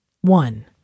One